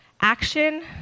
Action